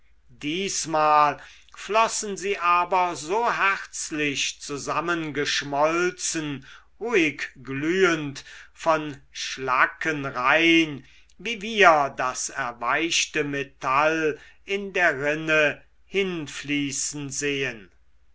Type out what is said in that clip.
diesmal flossen sie aber so herzlich zusammengeschmolzen ruhig glühend von schlacken rein wie wir das erweichte metall in der rinne hinfließen sehen